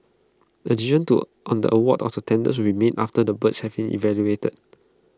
A decision to on the award of the tenders will be made after the bids have been evaluated